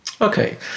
Okay